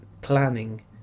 planning